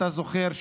אתה זוכר,